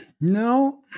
no